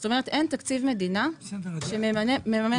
זאת אומרת, אין תקציב מדינה שמממן את מחירי החשמל.